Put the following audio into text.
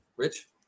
Rich